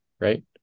Right